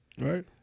Right